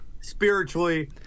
spiritually